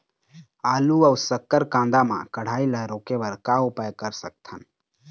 आलू अऊ शक्कर कांदा मा कढ़ाई ला रोके बर का उपाय कर सकथन?